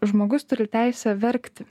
žmogus turi teisę verkti